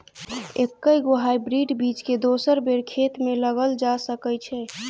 एके गो हाइब्रिड बीज केँ दोसर बेर खेत मे लगैल जा सकय छै?